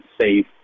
safe